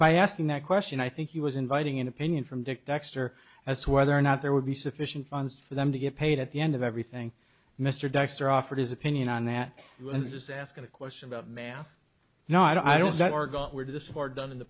by asking that question i think he was inviting an opinion from dick dexter as to whether or not there would be sufficient funds for them to get paid at the end of everything mr dexter offered his opinion on that and just ask a question about math no i don't that or go where did this for done